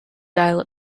dial